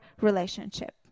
relationship